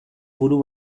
buru